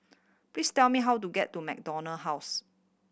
please tell me how to get to MacDonald House